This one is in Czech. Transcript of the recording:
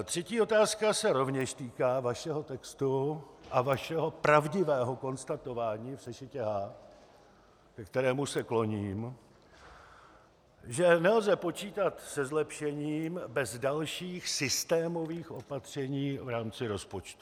Třetí otázka se rovněž týká vašeho textu a vašeho pravdivého konstatování v sešitě H, ke kterému se kloním, že nelze počítat se zlepšením bez dalších systémových opatření v rámci rozpočtu.